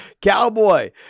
Cowboy